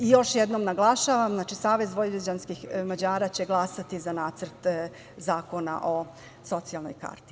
Još jednom naglašavam, Savez vojvođanskih Mađara će glasati za Nacrt zakona o socijalnoj karti.